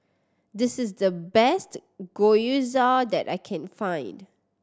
this is the best Gyoza that I can find